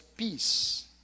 Peace